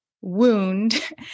wound